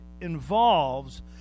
involves